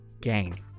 Gang